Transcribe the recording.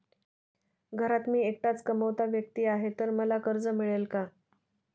घरात मी एकटाच कमावता व्यक्ती आहे तर मला कर्ज मिळेल का?